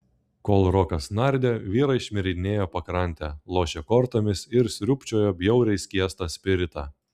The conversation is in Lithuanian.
kol rokas nardė vyrai šmirinėjo pakrante lošė kortomis ir sriūbčiojo bjauriai skiestą spiritą